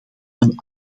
een